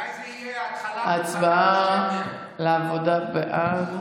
ההצעה להעביר את הנושא לוועדת העבודה,